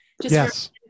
Yes